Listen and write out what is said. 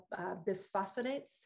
bisphosphonates